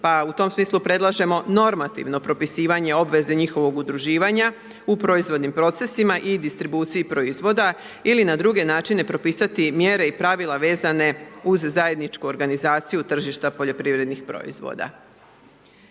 pa u tom smislu predlažemo normativno propisivanje obveze njihovog udruživanja u proizvodnim procesima i distribuciji proizvoda ili na druge načine propisati mjere i pravila vezane uz zajedničku organizaciju tržišta poljoprivrednih proizvoda.